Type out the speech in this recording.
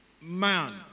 man